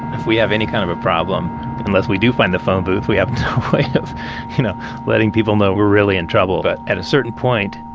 if we have any kind of a problem unless we do find the phone booth, we have of you know letting people know we're really in trouble. but at a certain point,